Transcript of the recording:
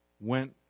went